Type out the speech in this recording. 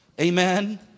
Amen